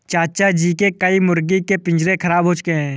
चाचा जी के कई मुर्गी के पिंजरे खराब हो चुके हैं